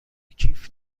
کیف